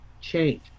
change